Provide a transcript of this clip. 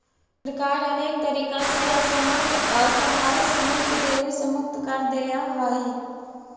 सरकार अनेक तरीका से असमर्थ असहाय समूह के देवे से मुक्त कर देऽ हई